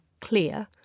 clear